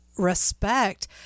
respect